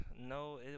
No